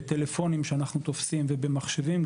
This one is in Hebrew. בטלפונים שאנחנו תופסים ובמחשבים,